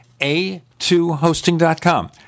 a2hosting.com